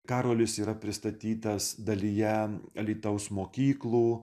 karolis yra pristatytas dalyje alytaus mokyklų